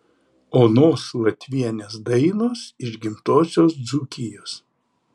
onos latvienės dainos iš gimtosios dzūkijos